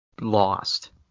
lost